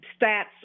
stats